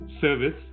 service